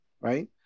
right